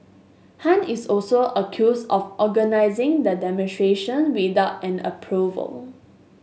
Han is also accused of organising the demonstration without an approval